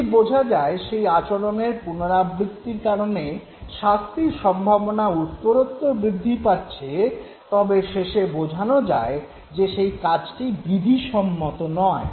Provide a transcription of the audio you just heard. যদি বোঝা যায় সেই আচরণের পুনরাবৃত্তির কারণে শাস্তির সম্ভাবনা উত্তরোত্তর বৃদ্ধি পাচ্ছে তবে শেষে বোঝানো যায় যে সেই কাজটি বিধিসম্মত নয়